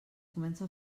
comença